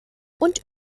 und